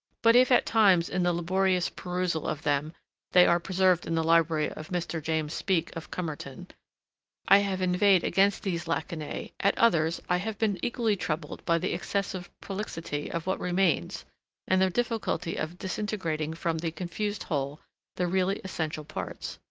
but if at times in the laborious perusal of them they are preserved in the library of mr. james speke of comerton i have inveighed against these lacunae, at others i have been equally troubled by the excessive prolixity of what remains and the difficulty of disintegrating from the confused whole the really essential parts.